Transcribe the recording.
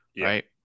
right